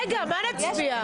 רגע, על מה נצביע?